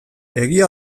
egia